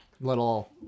little